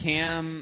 Cam